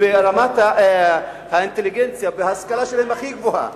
ורמת האינטליגנציה שלהם, ההשכלה הכי גבוהה.